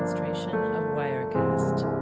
trees wirecast